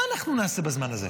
מה אנחנו נעשה בזמן הזה?